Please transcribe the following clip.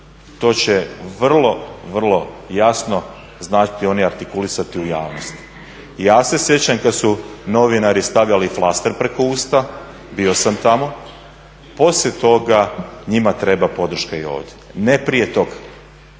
to će vrlo, vrlo jasno znati oni artikulisati u javnosti. Ja se sećam kad su novinari stavljali flaster preko usta, bio sam tamo. Posle toga njima treba podrška i ovde. Ne prije tog,